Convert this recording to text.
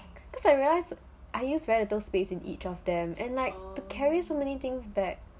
cause I realise I use very little space in each of them and like to carry so many things back